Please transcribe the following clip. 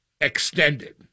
extended